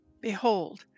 Behold